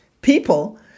People